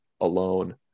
alone